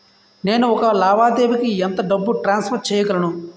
నేను ఒక లావాదేవీకి ఎంత డబ్బు ట్రాన్సఫర్ చేయగలను?